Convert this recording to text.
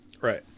Right